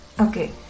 Okay